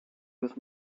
with